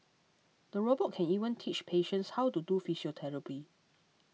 the robot can even teach patients how to do physiotherapy